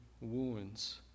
wounds